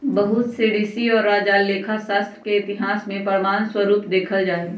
बहुत से ऋषि और राजा लेखा शास्त्र के इतिहास के प्रमाण स्वरूप देखल जाहई